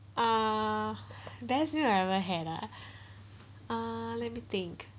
err best dream I've ever had ah uh let me think